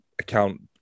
account